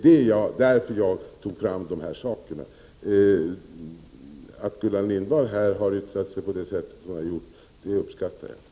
Att Gullan Lindblad har yttrat sig så som hon här har gjort, uppskattar jag i sak.